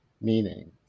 meaning